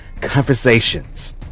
conversations